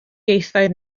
ieithoedd